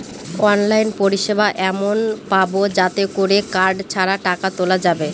online পরিষেবা এমন পাবো যাতে করে কার্ড ছাড়া টাকা তোলা যাবে